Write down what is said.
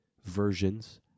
versions